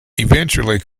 eventually